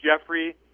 Jeffrey